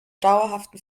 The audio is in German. dauerhaften